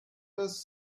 does